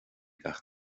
gach